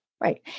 Right